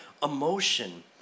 emotion